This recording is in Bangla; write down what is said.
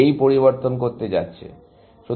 এই পরিবর্তন করতে যাচ্ছে